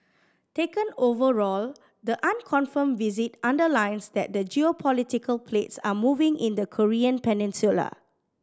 taken overall the unconfirmed visit underlines that the geopolitical plates are moving in the Korean Peninsula